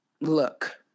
Look